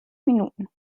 minuten